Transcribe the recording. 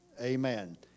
Amen